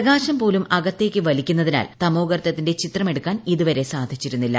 പ്രകാശം പോലും അകത്തേക്ക് വലിക്കുന്നതിനാൽ തമോഗർത്തത്തിന്റെ ചിത്രമെടുക്കാൻ ഇതുവരെ സാധിച്ചിരുന്നില്ല